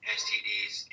stds